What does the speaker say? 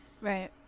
Right